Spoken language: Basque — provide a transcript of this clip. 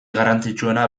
garrantzitsuena